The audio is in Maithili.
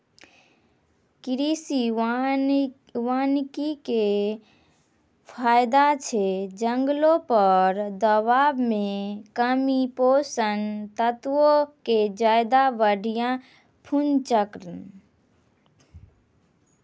कृषि वानिकी के फायदा छै जंगलो पर दबाब मे कमी, पोषक तत्वो के ज्यादा बढ़िया पुनर्चक्रण